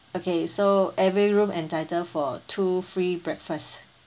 okay so every room entitled for two free breakfast